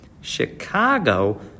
Chicago